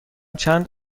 چند